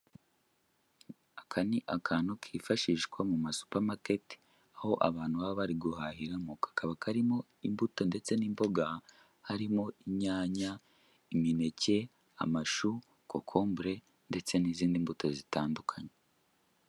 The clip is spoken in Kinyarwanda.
Aka ni akantu kifashishwa mu masupamaketi aho abantu baba bari guhahiramo kakaba karimo imbuto ndetse n'imboga, harimo inyanya, imineke, amashu, kokombure ndetse n'izindi mbuto zitandukanye.